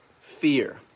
fear